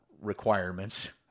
requirements